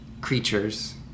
creatures